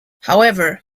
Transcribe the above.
however